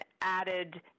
added